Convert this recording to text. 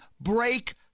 break